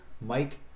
Mike